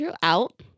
throughout